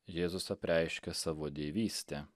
jėzus apreiškia savo dievystę